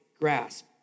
grasp